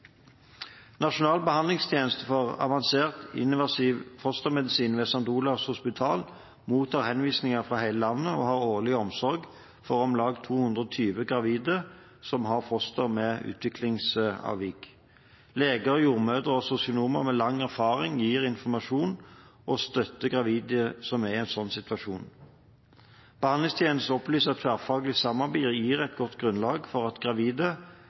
Nasjonal behandlingstjeneste for avansert invasiv fostermedisin ved St. Olavs Hospital mottar henvisninger fra hele landet og har årlig omsorg for om lag 220 gravide som har foster med utviklingsavvik. Leger, jordmødre og sosionomer med lang erfaring gir informasjon og støtter gravide som er i en slik situasjon. Behandlingstjenesten opplyser at tverrfaglig samarbeid gir et godt grunnlag for at gravide